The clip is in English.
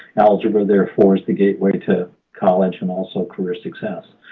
algebra, therefore, is the gateway to college and also career success,